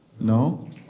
No